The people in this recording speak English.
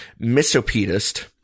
misopedist